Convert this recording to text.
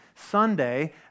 Sunday